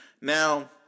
now